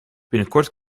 binnenkort